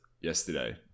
yesterday